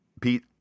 Pete